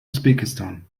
usbekistan